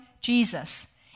Jesus